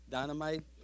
Dynamite